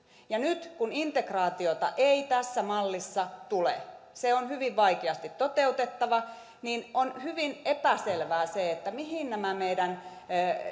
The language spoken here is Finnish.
nyt kun integraatiota ei tässä mallissa tule tai se on hyvin vaikeasti toteutettava on hyvin epäselvää mihin nämä meidän